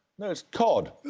no, it's cod.